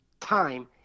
time